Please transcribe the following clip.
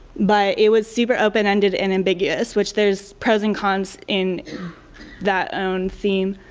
but it was super open ended and ambiguous, which there's pros and cons in that own theme.